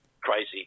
crazy